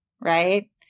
Right